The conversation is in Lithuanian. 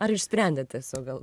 ar išsprendėt tiesiog gal